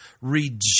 reject